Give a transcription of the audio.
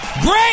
great